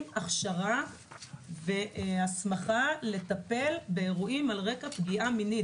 הכשרה והסמכה לטפל באירועים על רקע פגיעה מינית.